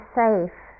safe